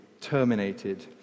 terminated